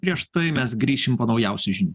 prieš tai mes grįšim po naujausių žinių